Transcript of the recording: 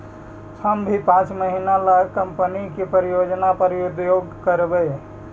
हम भी पाँच महीने ला एक कंपनी की परियोजना पर उद्योग करवई